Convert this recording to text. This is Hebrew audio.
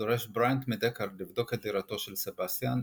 דורש בריאנט מדקארד לבדוק את דירתו של סבסטיאן,